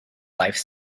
life